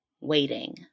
waiting